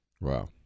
Wow